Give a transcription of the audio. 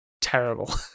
terrible